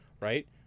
right